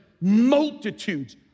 multitudes